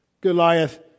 Goliath